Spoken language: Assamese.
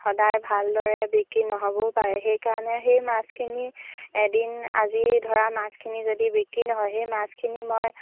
সদায় ভালদৰে বিক্ৰী নহ'বও পাৰে সেইকাৰণে সেই মাছখিনি এদিন আজি ধৰা মাছখিনি যদি বিক্ৰী নহয় সেই মাছখিনি মই